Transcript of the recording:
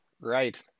Right